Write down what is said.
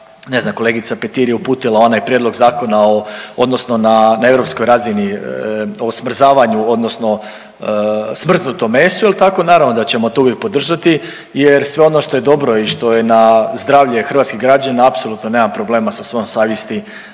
ne znam kolegica Petir je uputila onaj prijedlog zakona o odnosno na europskoj razini o smrzavanju o smrznutom mesu jel tako, naravno da ćemo uvijek to podržati jer sve ono što je dobro i što je na zdravlje hrvatskih građana apsolutno nemam problema sa svojom savjesti